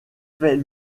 fait